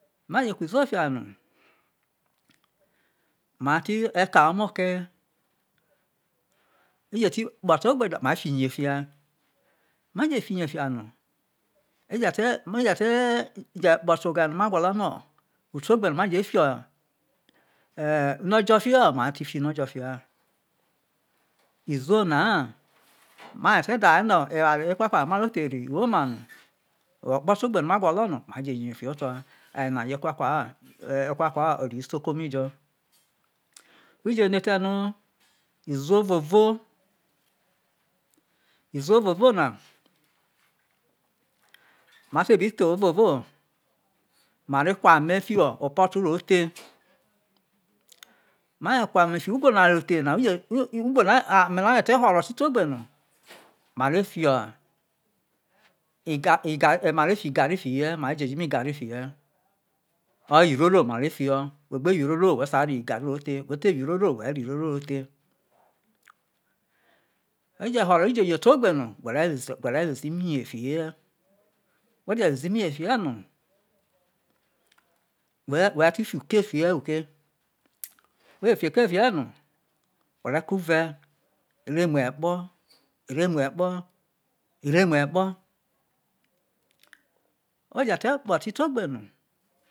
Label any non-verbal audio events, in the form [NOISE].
[UNINTELLIGIBLE] maje kuo iziwo fia ne mate kai omo ke ete te kpo to gbe jo no ma be fi iye fia maje fi iye no ma je te je te kpoto oghere no ma gwolo no u te ogbe no ma e jo fi unvojo fia no ma re ti fi unuojo fia iziwo na ha maje te daye no eware ekwakwa no mare theri uwoma no okpo te egbe no ma gwolo no mare je yeri fiho oto oyena yo ekwakwa ore isoko mi jo u je ne ete no iziwo ovovo iziwo avo na ma te bi tho ovovo ma re kuo ame fi ho opotic the ma je kuo ame fiho ugwo na ero the ma je kuo ame fiho ugwo na epot ro the ugwo na e ame na je te horo te ogbe no mare fio iga iga ri fiye mare jojo emi igari fiye or iroro mare fia wha gbe wo ire ro ha whori sai ro igari ro the who i te wo iroro wo re ro iroro ro the eje horo uje ye te ogbe no wore woze woze ini ye fiye no were ti fi uke fi ye no who re kei uve ore muo ekpo oremuo ekpo ore muo ekpo oje te kpo ti te ogbe no.